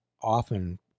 often